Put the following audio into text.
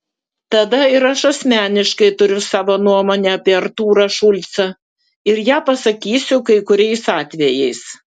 tada ir aš asmeniškai turiu savo nuomonę apie artūrą šulcą ir ją pasakysiu kai kuriais atvejais